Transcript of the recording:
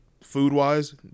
food-wise